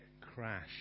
crash